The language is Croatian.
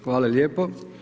Hvala lijepo.